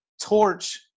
torch